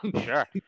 Sure